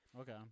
Okay